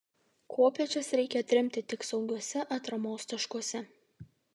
kopėčias reikia atremti tik saugiuose atramos taškuose